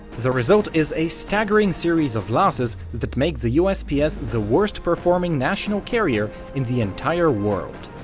the result is a staggering series of losses that make the usps the worst-performing national carrier in the entire world.